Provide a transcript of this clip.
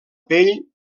pell